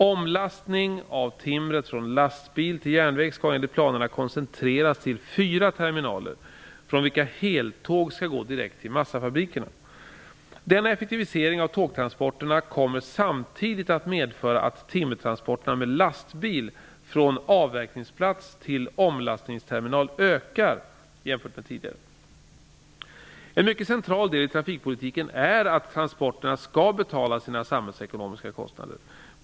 Omlastning av timret från lastbil till järnväg skall enligt planerna koncentreras till fyra terminaler, från vilka heltåg skall gå direkt till massafabrikerna. Denna effektivisering av tågtransporterna kommer samtidigt att medföra att timmertransporterna med lastbil från avverkningsplats till omlastningsterminal ökar jämfört med tidigare. En mycket central del i trafikpolitiken är att transporterna skall betala sina samhällsekonomiska kostnader.